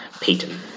Payton